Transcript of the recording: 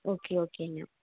okay ஓகேங்க